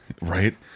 Right